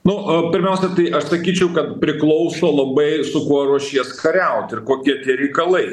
nu o pirmiausia tai aš sakyčiau kad priklauso labai su kuo ruošies kariaut ir kokie tie reikalai